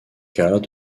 cas